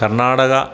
Karnataka